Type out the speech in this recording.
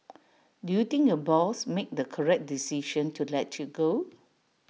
do you think your boss made the correct decision to let you go